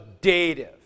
dative